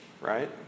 right